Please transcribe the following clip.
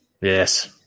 Yes